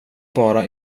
bara